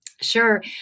Sure